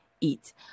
eat